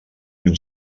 mil